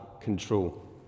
control